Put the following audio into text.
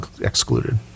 excluded